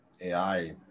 AI